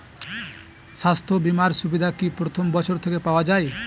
স্বাস্থ্য বীমার সুবিধা কি প্রথম বছর থেকে পাওয়া যায়?